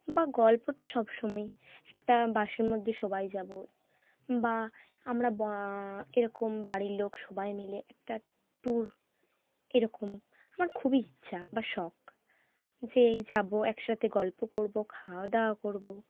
বা গল্প তো সব সময়ই একটা বাসের মধ্যে সবাই যাব বা আমরা এরকম বাড়ির লোক সবাই মিলে একটা ট্যুর এরকম আমার খুবই ইচ্ছা বা শখ যে যাব একসাথে গল্প করব খাওয়া দাওয়া করব